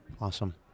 Awesome